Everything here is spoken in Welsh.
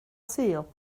sul